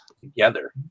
together